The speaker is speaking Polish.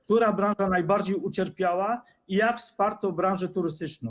Która branża najbardziej ucierpiała i jak wsparto branżę turystyczną?